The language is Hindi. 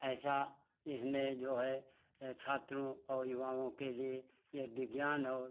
ऐसा इसने जो है छात्रों और युवाओं के लिए ये विज्ञान और